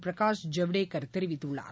பிரகாஷ் ஜவ்டேகர் தெரிவித்துள்ளார்